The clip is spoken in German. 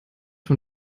von